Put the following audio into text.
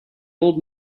old